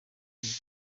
bitero